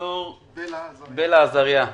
ד"ר בלה עזריה,